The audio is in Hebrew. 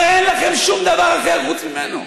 הרי אין לכם שום דבר אחר חוץ ממנו.